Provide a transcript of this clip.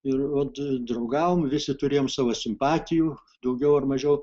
ir vat draugavom visi turėjom savo simpatijų daugiau ar mažiau